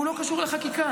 הוא לא קשור לחקיקה.